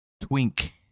Twink